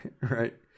Right